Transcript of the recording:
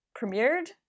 premiered